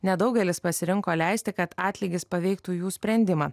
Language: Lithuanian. nedaugelis pasirinko leisti kad atlygis paveiktų jų sprendimą